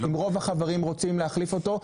אעם רוב החברים רוצים להחליף אותו,